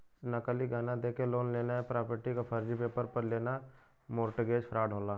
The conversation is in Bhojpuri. नकली गहना देके लोन लेना या प्रॉपर्टी क फर्जी पेपर पर लेना मोर्टगेज फ्रॉड होला